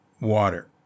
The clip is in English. water